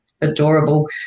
adorable